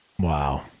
Wow